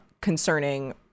concerning